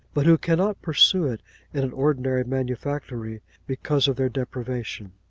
but who cannot pursue it in an ordinary manufactory because of their deprivation.